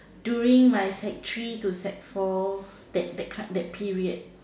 during my sec three and sec four that period